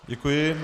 Děkuji.